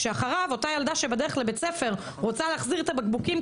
כשאחריו אותה ילדה שבדרך לבית הספר רוצה להחזיר את הבקבוקים,